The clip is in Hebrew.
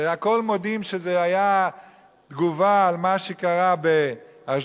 שהכול מודים שזו היתה תגובה על מה שקרה באשדוד,